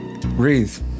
breathe